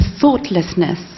thoughtlessness